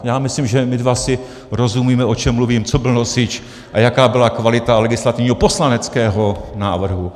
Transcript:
Já myslím, že my dva si rozumíme, o čem mluvím, co byl nosič a jaká byla kvalita legislativního poslaneckého! návrhu.